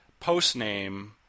postname